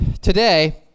today